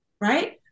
right